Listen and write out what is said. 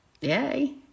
Yay